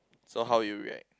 so how would you react